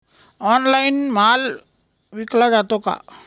Online माल विकला जातो का?